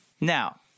Now